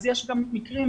יש גם מקרים,